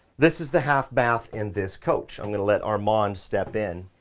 this is the half bath in this coach. i'm going to let our mind step in.